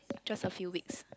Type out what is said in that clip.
just a few weeks